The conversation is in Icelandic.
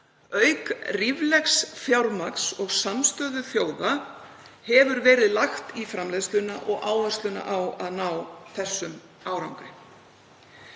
auk ríflegs fjármagns og samstöðu þjóða hefur verið lagt í framleiðsluna og áhersluna á að ná þessum árangri.